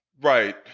Right